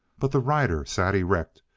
but the rider sat erect,